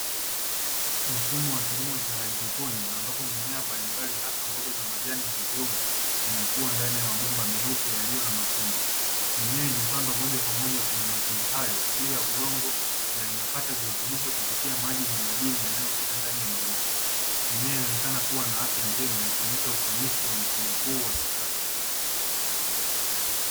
Mfumo wa kilimo cha haidroponi ambapo mimea mbalimbali hasa mbogamboga za majani na viungo inakuwa ndani ya mabomba meupe yaliyo na mayundu. Mimea imepandwa moja kwa moja kwenye matundu hayo bila udongo na inapata virutubisho kupitia maji yenye madini yanayopita ndani ya mabomba, mimea inaonekana kuwa na afya njema ikionyesha ufanisi wa mfumo huu wa kisasa.